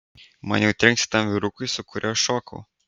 maniau trenksi tam vyrukui su kuriuo šokau